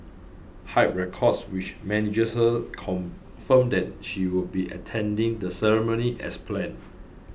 Hype Records which manages her confirmed that she would be attending the ceremony as planned